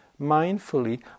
Mindfully